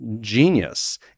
genius